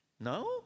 No